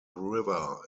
river